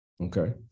okay